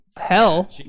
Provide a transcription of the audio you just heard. hell